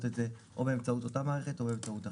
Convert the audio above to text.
את זה או באמצעות אותה מערכת או באמצעות אחרת.